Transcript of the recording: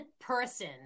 person